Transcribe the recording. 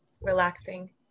relaxing